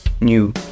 new